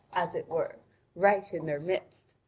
as it were, right in their midst.